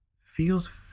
feels